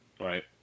Right